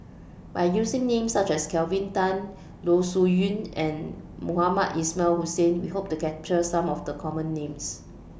By using Names such as Kelvin Tan Loh Sin Yun and Mohamed Ismail Hussain We Hope to capture Some of The Common Names